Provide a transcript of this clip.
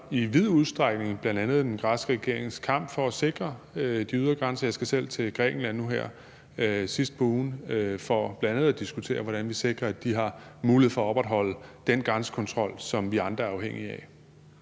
i vid udstrækning bl.a. den græske regerings kamp for at sikre de ydre grænser, og jeg skal selv til Grækenland nu her sidst på ugen for bl.a. at diskutere, hvordan vi sikrer, at de har mulighed for at opretholde den grænsekontrol, som vi andre er afhængige af.